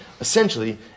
essentially